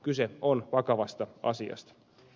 kyse on vakavasta asiasta